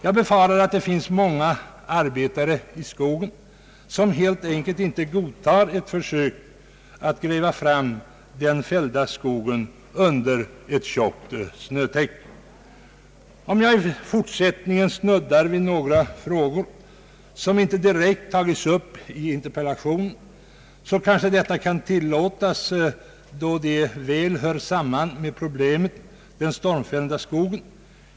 Jag befarar att många arbetare i skogen helt enkelt inte går med på att försöka gräva fram de fällda träden under ett tjockt snötäcke. Om jag i fortsättningen snuddar vid några frågor som inte direkt tagits upp i interpellationen, så kanske detta kan tillåtas, då de hör nära samman med problemet den stormfällda skogen.